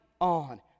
on